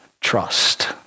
trust